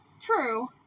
True